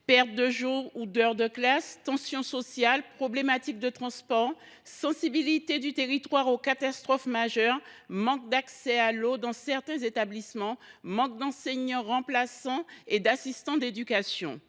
pertes de jours ou d’heures de classe, tensions sociales, problèmes de transport, sensibilité du territoire aux catastrophes majeures, manque d’accès à l’eau dans certains établissements, manque d’enseignants remplaçants et d’assistants d’éducation.